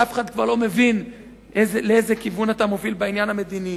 כשאף אחד כבר לא מבין לאיזה כיוון אתה מוביל בעניין המדיני.